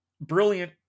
brilliant